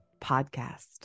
Podcast